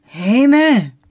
Amen